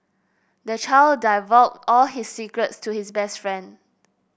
the child divulged all his secrets to his best friend